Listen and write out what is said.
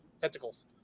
tentacles